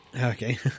okay